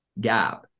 Gap